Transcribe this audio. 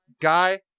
Guy